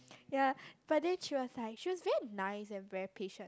ya but then she was like she was very nice and very patient